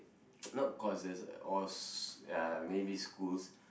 not courses or s~ ya maybe schools